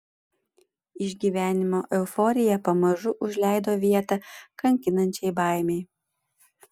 išgyvenimo euforija pamažu užleido vietą kankinančiai baimei